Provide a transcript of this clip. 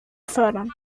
fördern